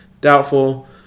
Doubtful